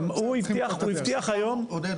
הוא הבטיח היום --- עודד,